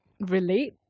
relate